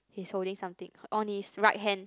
his holding something on his right hand